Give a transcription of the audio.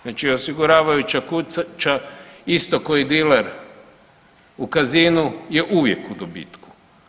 Znači osiguravajuća kuća isto ko i diler u casinu je uvijek u dobitku.